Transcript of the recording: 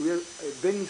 שהוא יהיה בין משרדי,